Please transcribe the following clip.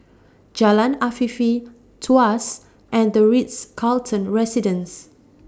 Jalan Afifi Tuas and The Ritz Carlton Residences